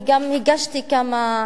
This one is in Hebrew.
אני גם הגשתי תלונה,